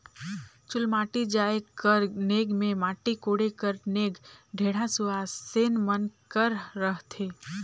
चुलमाटी जाए कर नेग मे माटी कोड़े कर नेग ढेढ़ा सुवासेन मन कर रहथे